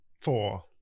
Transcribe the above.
Four